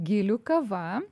gilių kava